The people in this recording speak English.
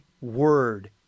word